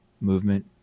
movement